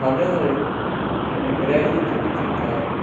हले हले हा किराए जी थोरी चिंता आहे